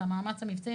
את המאמץ המבצעי.